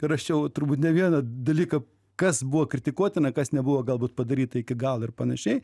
rašiau turbūt ne vieną dalyką kas buvo kritikuotina kas nebuvo galbūt padaryta iki gal ir panašiai